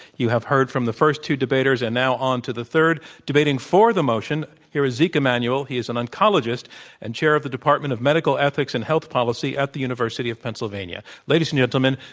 you have heard from the first two debaters and now on to the third, debating for the motion, here is zeke emanuel. he is an oncologist and chair of the department of medical ethics and health policy at the university of pennsylvania. ladies and gentlemen,